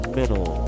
middle